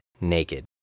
naked